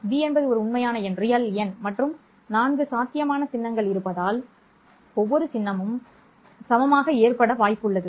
b என்பது ஒரு உண்மையான எண் மற்றும் நான்கு சாத்தியமான சின்னங்கள் இருப்பதால் ஒவ்வொரு சின்னங்களும் சமமாக ஏற்பட வாய்ப்புள்ளது